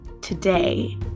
today